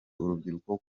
urubyiruko